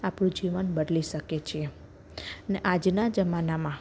આપણું જીવન બદલી શકીએ છીએ ને આજના જમાનામાં